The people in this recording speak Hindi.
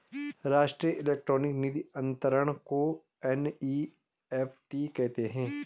राष्ट्रीय इलेक्ट्रॉनिक निधि अनंतरण को एन.ई.एफ.टी कहते हैं